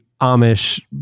Amish